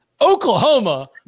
Oklahoma